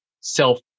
self